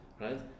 right